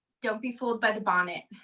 don't be fooled by the bonnet.